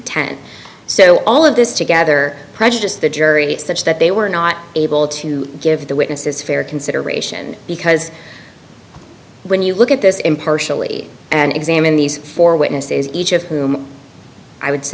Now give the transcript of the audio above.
intent so all of this together prejudice the jury is such that they were not able to give the witnesses fair consideration because when you look at this impartially and examine these four witnesses each of whom i would s